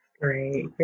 great